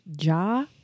Ja